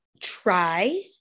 try